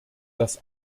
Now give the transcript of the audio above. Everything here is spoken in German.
dass